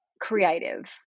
creative